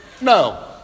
No